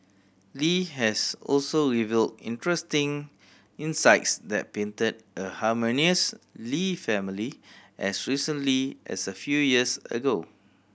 Li has also revealed interesting insights that painted a harmonious Lee family as recently as a few years ago